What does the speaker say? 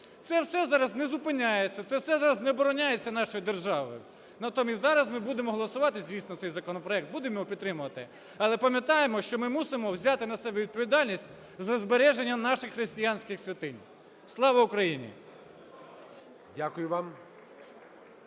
Це все зараз не зупиняється, це все зараз не обороняється нашою державою. Натомість зараз ми будемо голосувати, звісно, цей законопроект, будемо його підтримувати, але пам'ятаємо, що ми мусимо взяти на себе відповідальність за збереження наших християнських святинь. Слава Україні!